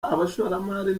abashoramari